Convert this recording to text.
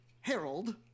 Harold